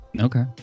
Okay